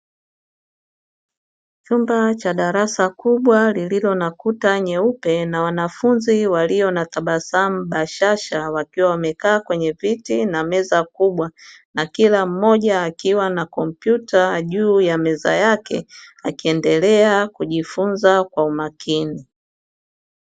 Chumba cha darasa kubwa lililo na kuta nyeupe, na wanafunzi walio na tabasamu bashasha, wakiwa wamekaa kwenye viti na meza kubwa, na kila mmoja akiwa na kompyuta juu ya meza yake. Akiendelea kujifunza kwa umakini.